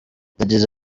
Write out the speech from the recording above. yagize